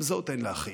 גם זאת אין להכחיש,